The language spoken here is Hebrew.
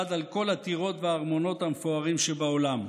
על כל הטירות והארמונות המפוארים שבעולם,